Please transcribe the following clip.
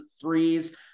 threes